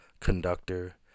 conductor